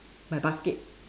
my basket